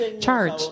charge